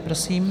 Prosím.